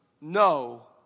no